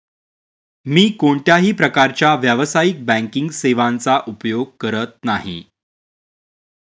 मी कोणत्याही प्रकारच्या व्यावसायिक बँकिंग सेवांचा उपयोग करत नाही